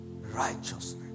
righteousness